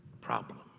problem